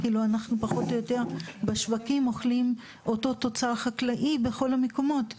אנחנו פחות או יותר בשווקים אוכלים אותו תוצר חקלאי בכל המקומות בארץ,